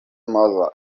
mother